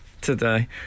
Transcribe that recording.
today